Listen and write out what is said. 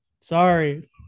Sorry